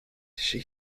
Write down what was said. she